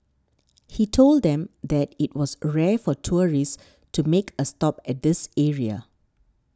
he told them that it was rare for tourists to make a stop at this area